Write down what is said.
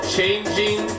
Changing